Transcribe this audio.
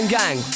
gang